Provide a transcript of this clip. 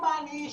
הוא מעניש,